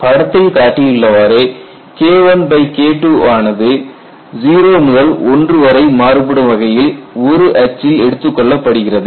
படத்தில் காட்டியுள்ளவாறு KIKII ஆனது 0 முதல் 1 வரை மாறுபடும் வகையில் ஒரு அச்சில் எடுத்துக்கொள்ளப்படுகிறது